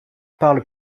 parle